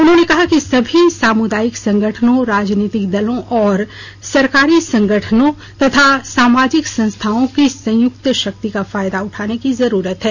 उन्होंने कहा कि सभी सामुदायिक संगठनों राजनीतिक दलों गैर सरकारी संगठनों और सामाजिक संस्थाओं की संयुक्त शक्ति का फायदा उठाने की जरूरत है